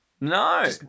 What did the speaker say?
No